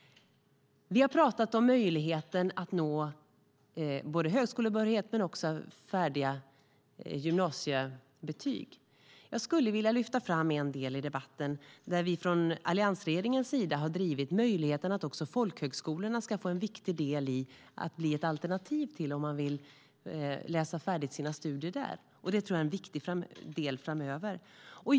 Vi har pratat om möjligheten att nå både högskolebehörighet och färdiga gymnasiebetyg. Jag skulle vilja lyfta fram en del i debatten där vi från alliansregeringens sida har drivit möjligheten att också folkhögskolorna ska få en viktig del i att bli ett alternativ om man vill läsa färdigt sina studier där. Det tror jag är en viktig del framöver.